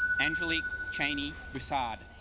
angelique chaney mossad